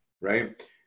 Right